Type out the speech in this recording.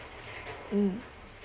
mm